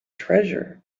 treasure